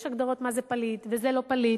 יש הגדרות מה זה פליט, וזה לא פליט.